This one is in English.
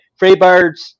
Freebirds